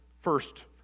first